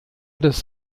des